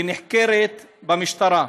היא נחקרת במשטרה.